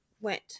went